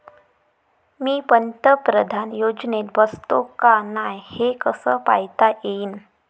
मी पंतप्रधान योजनेत बसतो का नाय, हे कस पायता येईन?